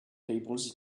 tables